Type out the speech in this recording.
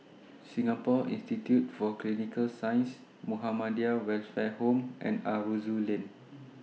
Singapore Institute For Clinical Sciences Muhammadiyah Welfare Home and Aroozoo Lane